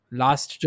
last